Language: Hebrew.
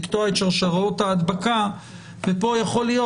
לקטוע את שרשראות ההדבקה וכאן יכול להיות